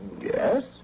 yes